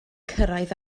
cyrraedd